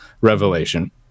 revelation